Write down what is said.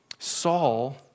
Saul